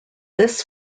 this